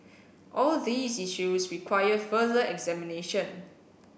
all these issues require further examination